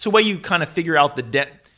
so way you kind of figure out the debt.